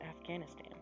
afghanistan